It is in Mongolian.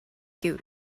гэв